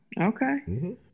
Okay